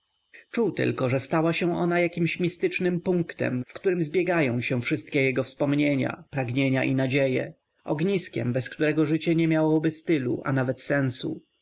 czuł tylko że stała się ona jakimś mistycznym punktem w którym zbiegają się wszystkie jego wspomnienia pragnienia i nadzieje ogniskiem bez którego życie nie miałoby stylu a nawet sensu